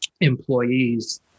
employees